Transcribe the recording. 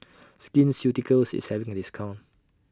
Skin Ceuticals IS having A discount